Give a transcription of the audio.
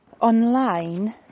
online